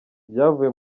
byavuye